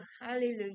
hallelujah